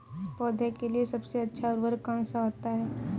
पौधे के लिए सबसे अच्छा उर्वरक कौन सा होता है?